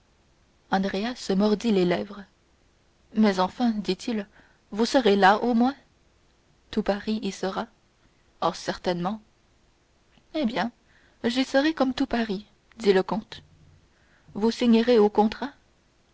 se mordit les lèvres mais enfin dit-il vous serez là au moins tout paris y sera oh certainement eh bien j'y serai comme tout paris dit le comte vous signerez au contrat